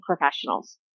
professionals